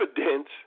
evidence